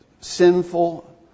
sinful